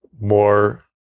more